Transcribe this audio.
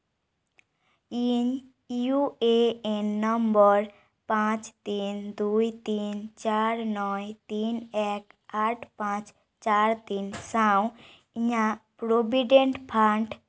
ᱤᱧ U A N number ᱯᱟᱸᱪ ᱛᱤᱱ ᱫᱩᱭ ᱛᱤᱱ ᱪᱟᱨ ᱱᱚᱭ ᱛᱤᱱ ᱮᱠ ᱟᱴ ᱯᱟᱸᱪ ᱪᱟᱨ ᱛᱤᱱ ᱥᱟᱶ ᱤᱧᱟᱜ ᱯᱨᱳᱵᱷᱤᱰᱮᱱᱴ ᱯᱷᱟᱱᱰ